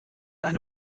eine